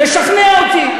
לשכנע אותי.